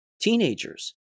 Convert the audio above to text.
teenagers